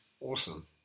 Awesome